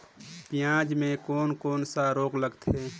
पियाज मे कोन कोन सा रोग लगथे?